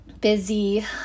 busy